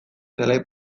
zelai